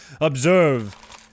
Observe